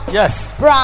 yes